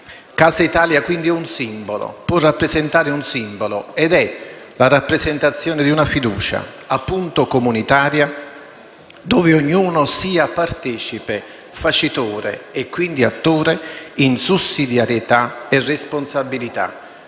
Casa Italia, quindi, è un simbolo, può rappresentare un simbolo ed è la rappresentazione di una fiducia, appunto comunitaria, dove ognuno sia partecipe, facitore e quindi attore in sussidiarietà e responsabilità.